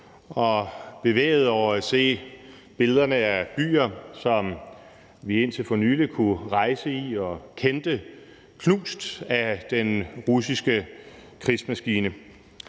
er bevægede over at se billederne af byer, som vi kender, og som vi indtil for nylig kunne rejse til, knust af den russiske krigsmaskine.